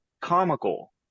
comical